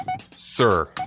Sir